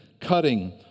cutting